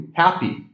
happy